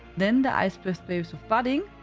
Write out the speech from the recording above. then the icebreath berries of budding,